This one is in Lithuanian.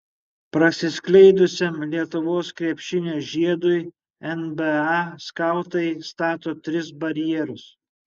prasiskleidusiam lietuvos krepšinio žiedui nba skautai stato tris barjerus